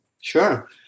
Sure